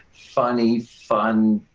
funny fun,